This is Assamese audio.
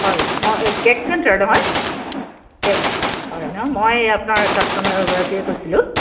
হয় মই কে'ক চেণ্টাৰ নহয় কে'ক হয় ন মই আপোনাৰ কাষ্টমাৰ এগৰাকীয়ে কৈছিলোঁ